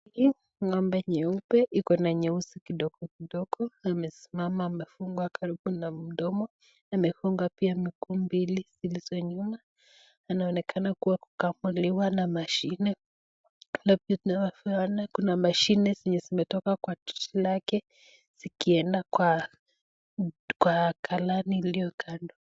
Hili ng'ombe nyeupe iko na nyeusi kidogo kidogo. Imesimama imefungwa karibu na mdomo imefungwa pia mikono mbili zilizo nyuma. Anaonekana kuwa kukamuliwa na mashine. Labda kuna mashine yenye zimetoka kwa chuchu lake zikienda kwa galani iliyo kando.